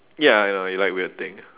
ya you like weird thing